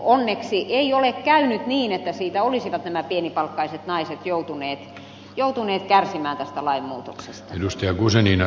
onneksi ei ole käynyt niin että tästä lainmuutoksesta olisivat nämä pienipalkkaiset naiset joutuneet kärsimään tästä lainmuutoksesta jos joku senninä